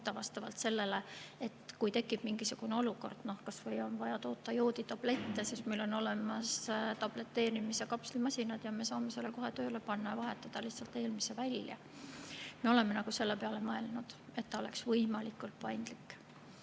muuta vastavalt sellele, et kui tekib mingisugune olukord, kas või on vaja toota jooditablette, siis meil on olemas tableteerimise ja kapslimasinad ja me saame need kohe tööle panna, vahetades lihtsalt eelmised välja. Me oleme selle peale mõelnud, et tootmine oleks võimalikult paindlik.